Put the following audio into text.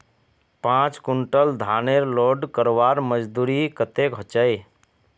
पाँच कुंटल धानेर लोड करवार मजदूरी कतेक होचए?